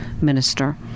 minister